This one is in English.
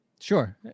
sure